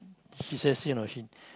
she says you know she